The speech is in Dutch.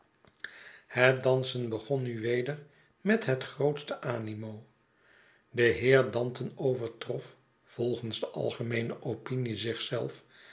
het dansen begon nu weder met het grootste animo de heer danton overtrof volgens de algemeene opinie zichzelf